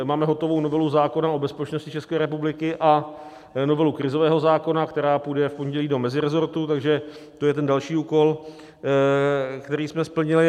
Máme hotovou novelu zákona o bezpečnosti České republiky a novelu krizového zákona, která půjde v pondělí do meziresortu, takže to je ten další úkol, který jsme splnili.